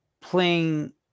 playing